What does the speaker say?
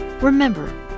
Remember